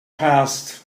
passed